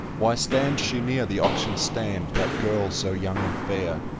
why stands she near the auction stand, that girl so young and fair?